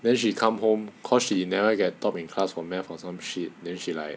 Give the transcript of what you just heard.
then she come home cause she never get top in class for math or some shit then she like